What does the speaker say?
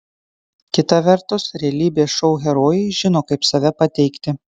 kita vertus realybės šou herojai žino kaip save pateikti